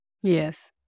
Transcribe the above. Yes